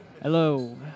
Hello